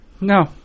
No